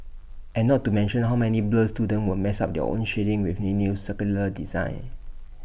and not to mention how many blur students will mess up their own shading with he new circular design